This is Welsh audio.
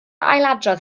ailadrodd